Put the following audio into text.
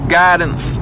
guidance